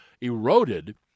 eroded